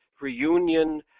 reunion